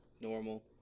normal